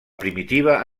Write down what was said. primitiva